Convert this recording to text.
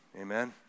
Amen